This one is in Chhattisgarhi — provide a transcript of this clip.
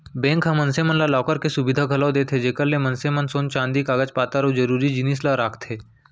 बेंक ह मनसे मन ला लॉकर के सुबिधा घलौ देथे जेकर ले मनसे मन सोन चांदी कागज पातर अउ जरूरी जिनिस ल राखथें